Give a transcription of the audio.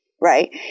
right